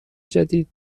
جدید